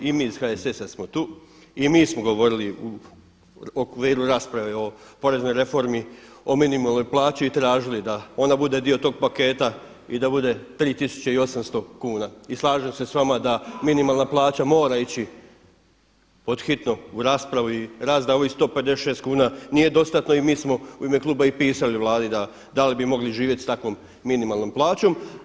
I mi iz HSS-a smo tu i mi smo govorili u okviru rasprave o poreznoj reformi, o minimalnoj plaći i tražili da ona bude dio tog paketa i da bude 3800 kuna. i slažem se s vama da minimalna plaća mora ići pod hitno u raspravu i rast da ovih 156 kuna nije dostatno i mi smo u ime kluba i pisali Vladi da dali bi mogli živjeti s takvom minimalnom plaćom.